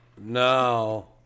No